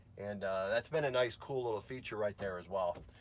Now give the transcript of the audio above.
and that's been a nice cool little feature right there as well.